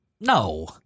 No